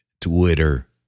Twitter